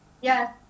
Yes